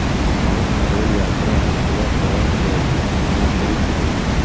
भारत में रेल यात्रा अब पूरा तरह से बीमाकृत हई